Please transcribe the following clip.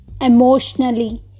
emotionally